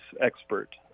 expert